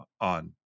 on